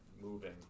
moving